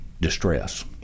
distress